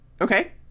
Okay